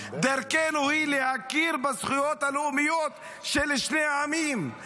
דרכנו היא להכיר בזכויות הלאומיות של שני העמים,